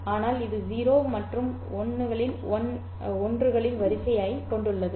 ஆனால் இது 0 மற்றும் 1 களின் வரிசையைக் கொண்டுள்ளது